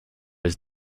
his